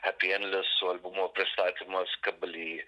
hepyendlesų albumo pristatymas kably